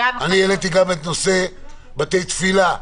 אני העליתי את נושא בתי תפילה,